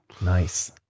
Nice